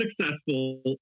successful